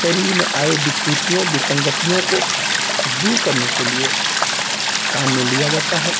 शरीर में आए विकृतियों विसंगतियों को दूर करने के लिए काम में लिया जाता है